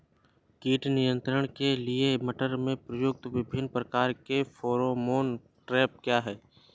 कीट नियंत्रण के लिए मटर में प्रयुक्त विभिन्न प्रकार के फेरोमोन ट्रैप क्या है?